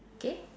okay